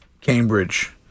Cambridge